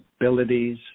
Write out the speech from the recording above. abilities